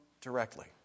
directly